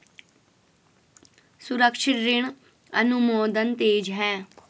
सुरक्षित ऋण अनुमोदन तेज है